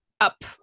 up